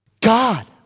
God